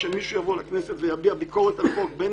שמישהו מהמשנים יבוא לכנסת ויביע ביקורת בין